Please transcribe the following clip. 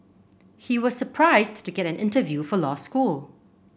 he was surprised to get an interview for law school